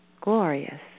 glorious